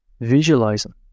visualizing